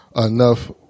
enough